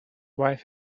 wife